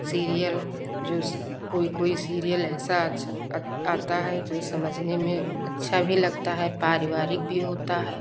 serial जो कोई कोई सीरियल ऐसा अच आ आता है जो समझने में अच्छा भी लगता है पारिवारिक भी होता है